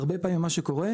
הרבה פעמים מה שקורה,